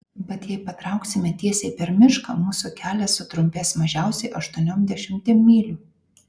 bet jei patrauksime tiesiai per mišką mūsų kelias sutrumpės mažiausiai aštuoniom dešimtim mylių